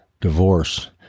divorce